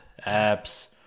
apps